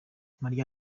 malia